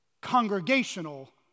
congregational